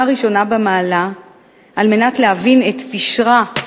ראשונה במעלה על מנת להבין את פשרה,